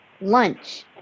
lunch